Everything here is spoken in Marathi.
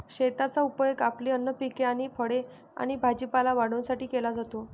शेताचा उपयोग आपली अन्न पिके आणि फळे आणि भाजीपाला वाढवण्यासाठी केला जातो